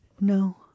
No